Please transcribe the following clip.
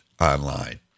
online